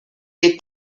les